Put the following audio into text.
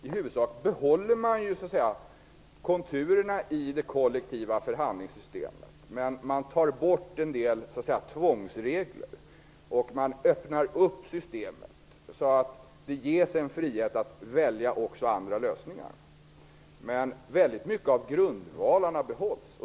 I huvudsak behåller man konturerna i det kollektiva förhandlingssystemet, men man tar bort en del tvångsregler och öppnar systemet, så att det ges en frihet att välja andra lösningar. Mycket av grundvalarna behålls.